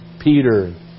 Peter